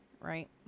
right